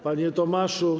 Panie Tomaszu!